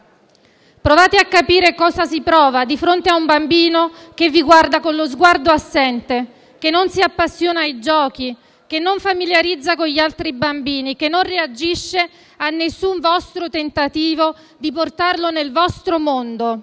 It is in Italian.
provate a capire cosa si prova, di fronte a un bambino che vi guarda con lo sguardo assente, che non si appassiona ai giochi, che non familiarizza con gli altri bambini, che non reagisce ad alcun vostro tentativo di portarlo nel vostro mondo,